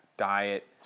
diet